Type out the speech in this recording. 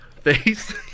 face